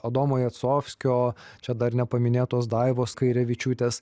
adomo jacovskio čia dar nepaminėtos daivos kairevičiūtės